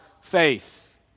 faith